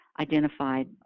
identified